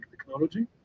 technology